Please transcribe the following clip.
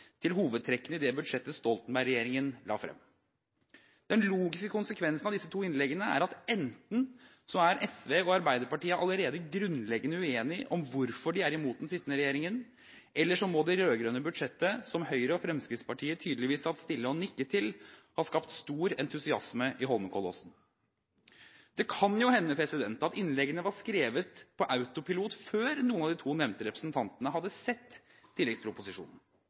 til hovedtrekkene i det budsjettet Stoltenberg-regjeringen la frem. Den logiske konsekvensen av disse to innleggene er at enten er SV og Arbeiderpartiet allerede grunnleggende uenige om hvorfor de er imot den sittende regjeringen, eller så må det rød-grønne budsjettet, som Høyre og Fremskrittspartiet tydeligvis satt stille og nikket til, ha skapt stor entusiasme i Holmenkollåsen. Det kan jo hende at innleggene var skrevet på autopilot før noen av de to nevnte representantene hadde sett tilleggsproposisjonen.